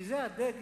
כי זה הדגל,